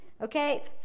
Okay